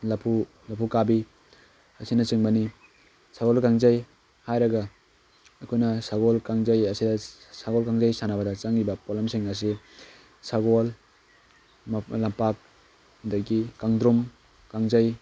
ꯂꯐꯨ ꯂꯐꯨ ꯀꯥꯕꯤ ꯑꯁꯤꯅꯆꯤꯡꯕꯅꯤ ꯁꯒꯣꯜ ꯀꯥꯡꯖꯩ ꯍꯥꯏꯔꯒ ꯑꯩꯈꯣꯏꯅ ꯁꯒꯣꯜ ꯀꯥꯡꯖꯩ ꯑꯁꯤꯗ ꯁꯒꯣꯜ ꯀꯥꯡꯖꯩ ꯁꯥꯟꯅꯕꯗ ꯆꯪꯏꯕ ꯄꯣꯠꯂꯝꯁꯤꯡ ꯑꯁꯤ ꯁꯒꯣꯜ ꯂꯝꯄꯥꯛ ꯑꯗꯨꯗꯒꯤ ꯀꯥꯡꯗ꯭ꯔꯨꯝ ꯀꯥꯡꯖꯩ